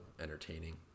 entertaining